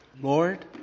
Lord